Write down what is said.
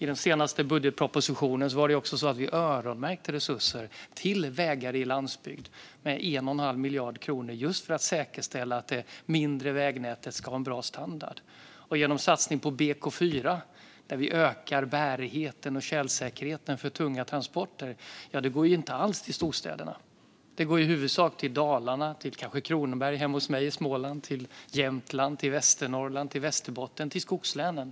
I den senaste budgetpropositionen var det också så att vi öronmärkte 1 1⁄2 miljard kronor till vägar i landsbygd, just för att säkerställa att det mindre vägnätet ska ha en bra standard. Satsningen på BK4, där vi ökar bärigheten och tjälsäkerheten för tunga transporter, går inte alls till storstäderna. Den satsningen går i huvudsak till Dalarna och kanske till Kronoberg, alltså hemma hos mig i Småland. Den går till Jämtland, Västernorrland och Västerbotten - till skogslänen.